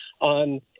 on